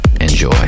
enjoy